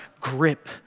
grip